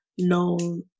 known